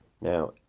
Now